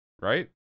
right